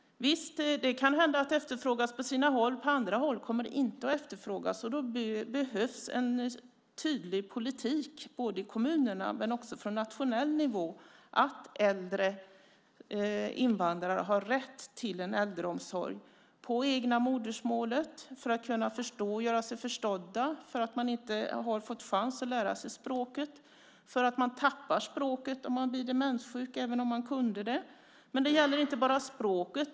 Det kan hända att det efterfrågas på sina håll, men på andra håll kommer det inte att efterfrågas. Då behövs det en tydlig politik i kommunerna och också på nationell nivå för att äldre invandrare ska få rätt till en äldreomsorg på det egna modersmålet för att kunna förstå och göra sig förstådd. Man har kanske inte fått chansen att lära sig svenska språket eller tappar språket när man blir demenssjuk även om man kunnat det. Men det gäller inte bara språket.